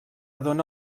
dóna